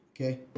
Okay